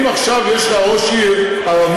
אם עכשיו יש לך ראש עיר ערבי